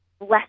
less